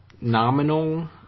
nominal